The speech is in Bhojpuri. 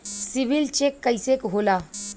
सिबिल चेक कइसे होला?